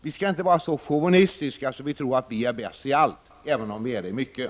Vi skall inte vara så chauvinistiska att vi tror att vi är bäst i allt, även om vi är det i mycket.